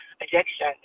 addiction